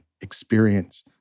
experience